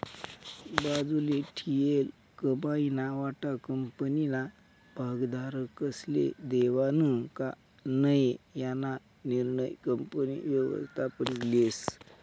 बाजूले ठीयेल कमाईना वाटा कंपनीना भागधारकस्ले देवानं का नै याना निर्णय कंपनी व्ययस्थापन लेस